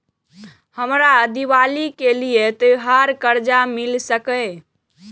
हमरा दिवाली के लिये त्योहार कर्जा मिल सकय?